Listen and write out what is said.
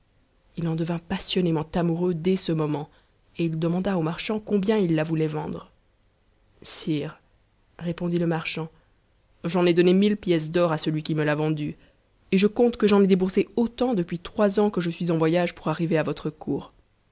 h en devint passionnément amoureux dès ce moment et il demanda au marchand combien il la voulait vendre sire répondit le marchand j'en ai donné mille pièces d'or à celui uue l'a vendue et je compte que j'en ai déboursé autant depuis trois ans que je suis en voyage pour arriver à votre cour